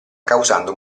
causando